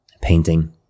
painting